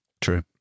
true